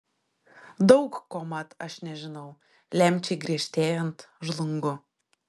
daug ko mat aš nežinau lemčiai griežtėjant žlungu